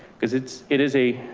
cause it's, it is a,